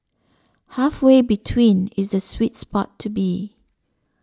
halfway between is the sweet spot to be